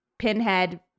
Pinhead